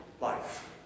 life